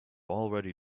already